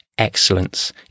excellence